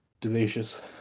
delicious